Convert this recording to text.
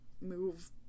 move